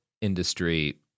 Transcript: industry